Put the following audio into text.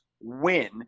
win